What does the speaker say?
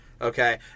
okay